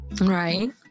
right